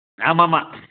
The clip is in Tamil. ஆமாம் ஆமாம்